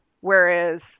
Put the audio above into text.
Whereas